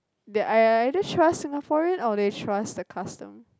that I I either trust Singaporean or they trust the custom